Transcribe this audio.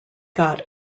got